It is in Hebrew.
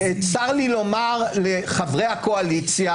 עושה את זה בגלל שהם נלחמים על מדינת